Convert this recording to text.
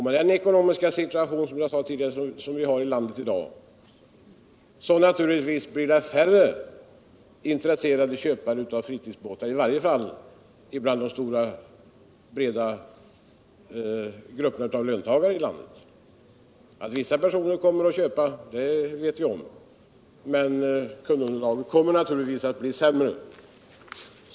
Med den ekonomiska situation som vi har i tandet i dag blir det naturligtvis färre som är intresserade av alt köpa fritidsbåtar, i varje fall inom de breda grupperna av löntagare. At vissa personer kommer att köpa båt vet vi. men kundunderlaget kommer naturligtvis att bli mindre.